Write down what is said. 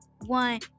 one